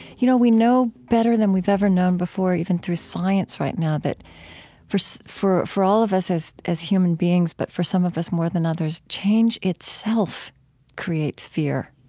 you know, we know better than we've ever known before, even through science right now, that for so for all of us as as human beings but for some of us more than others, change itself creates fear